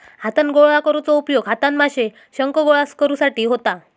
हातान गोळा करुचो उपयोग हातान माशे, शंख गोळा करुसाठी होता